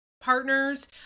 partners